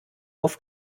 auf